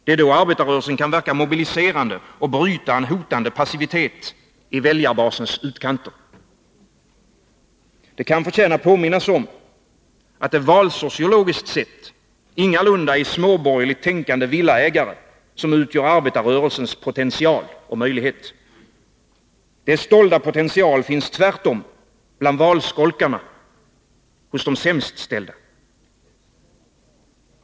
Det är då arbetarrörelsen kan verka mobiliserande och bryta en hotande passivitet i väljarbasens utkanter. Det kan förtjäna att påminnas om att det valsociologiskt sett ingalunda är småborgerligt tänkande villaägare som utgör arbetarrörelsens potential och möjlighet. Dess dolda potential finns tvärtom bland valskolkarna hos de sämst ställda.